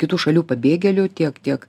kitų šalių pabėgėlių tiek kiek